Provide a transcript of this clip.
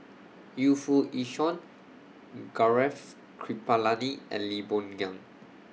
Yu Foo Yee Shoon Gaurav Kripalani and Lee Boon Ngan